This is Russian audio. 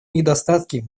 недостатки